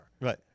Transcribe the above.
Right